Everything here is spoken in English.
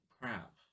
crap